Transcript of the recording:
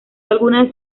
algunas